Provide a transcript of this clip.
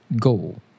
go